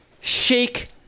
shake